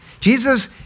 Jesus